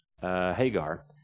Hagar